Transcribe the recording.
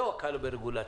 זו הקלה ברגולציה.